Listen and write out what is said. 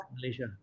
Malaysia